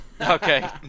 Okay